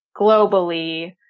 globally